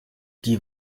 die